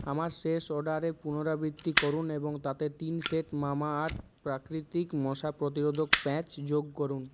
আমার শেষ অর্ডারের পুনরাবৃত্তি করুন এবং তাতে তিন সেট মামাআর্থ প্রাকৃতিক মশা প্রতিরোধক প্যাচ যোগ করুন